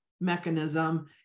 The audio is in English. mechanism